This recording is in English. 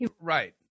Right